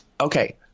Okay